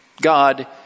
God